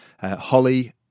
Holly